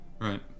Right